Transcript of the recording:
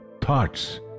thoughts